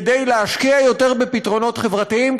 כדי להשקיע יותר בפתרונות חברתיים,